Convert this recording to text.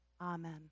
Amen